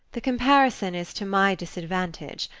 the comparison is to my disadvantage.